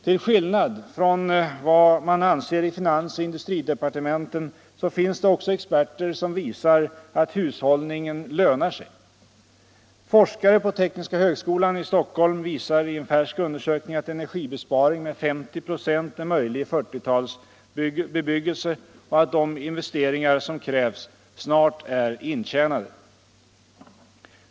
Till skillnad från vad man anser i finansoch industridepartementen finns det också experter som visar att hushållningen lönar sig. Forskare på tekniska högskolan i Stockholm visar i en färsk undersökning att energibesparing med 50 96 är möjlig i 1940-talsbebyggelse och att de investeringar som krävs snart är intjänade.